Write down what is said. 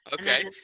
okay